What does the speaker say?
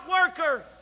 worker